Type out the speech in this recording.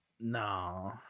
No